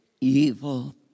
evil